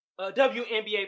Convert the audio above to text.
WNBA